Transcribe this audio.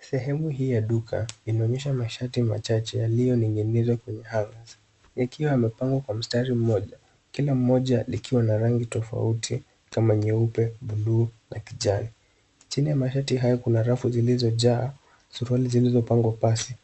Sehemu hii ya duka inaonyesha mashati machache yaliyoning'inizwa kwenye hangers yakiwa yamepangwa kwa mstari mmoja, kila moja likiwa na rangi tofauti kama nyeupe, bluu na kijani. Chini ya mashati hayo kuna rafu zilizojaa suruali zilizopangwa pasi